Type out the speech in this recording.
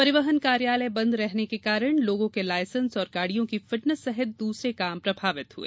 परिवहन कार्यालय बन्द रहने के कारण लोगों के लायसेंस और गाड़ियों की फिटनेस सहित अन्य काम प्रभावित हुए